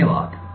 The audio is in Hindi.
धन्यवाद